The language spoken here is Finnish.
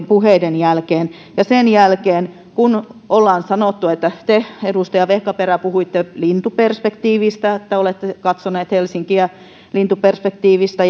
puheiden jälkeen ja sen jälkeen kun ollaan sanottu että te edustaja vehkaperä puhuitte lintuperspektiivistä siitä että olette katsoneet helsinkiä lintuperspektiivistä